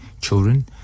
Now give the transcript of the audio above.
children